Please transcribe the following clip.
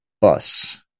bus